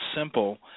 simple